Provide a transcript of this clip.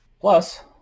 Plus